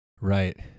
right